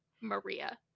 Maria